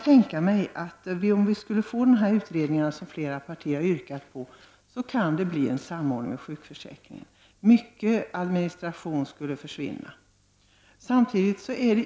Om den utredning som flera partier har yrkat på tillsätts, kan det bli fråga om en samordning av sjukförsäkringen. Därmed skulle mycket administration försvinna.